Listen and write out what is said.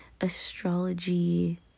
astrology